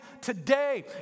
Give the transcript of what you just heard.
today